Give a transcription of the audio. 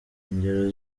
ingero